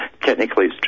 Technically